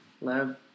love